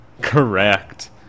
Correct